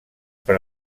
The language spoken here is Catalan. per